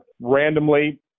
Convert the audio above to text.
randomly